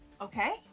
Okay